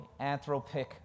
anthropic